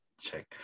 Check